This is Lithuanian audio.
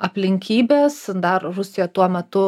aplinkybės dar rusija tuo metu